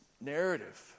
narrative